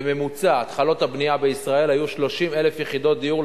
בממוצע התחלות הבנייה בישראל היו 30,000 יחידות דיור,